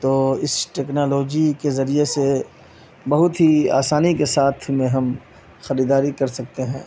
تو اس ٹیکنالوجی کے ذریعے سے بہت ہی آسانی کے ساتھ میں ہم خریداری کر سکتے ہیں